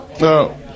No